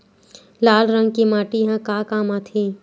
लाल रंग के माटी ह का काम आथे?